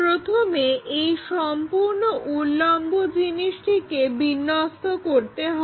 প্রথমে এই সম্পূর্ণ উল্লম্ব জিনিসটিকে বিন্যস্ত করতে হবে